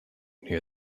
near